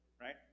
right